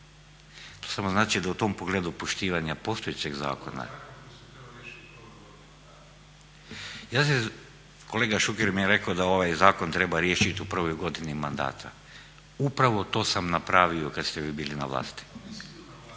To samo znači da u tom pogledu poštivanja postojećeg zakona. … /Upadica se ne razumije./ … Kolega Šuker mi je rekao da ovaj zakon treba riješiti u prvoj godini mandata. Upravo to sam napravio kad ste vi bili na vlasti.